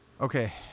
Okay